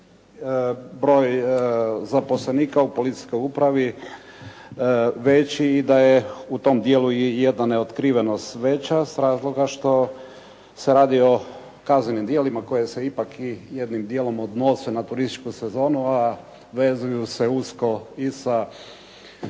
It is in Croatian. pa i broj zaposlenika u policijskoj upravi veći i da je u tom dijelu i jedna neotkrivenost veća s razloga što se radi o kaznenim djelima koja se ipak i jednim dijelom odnose na turističku sezonu, a vezuju se usko i sa